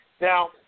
Now